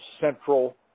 central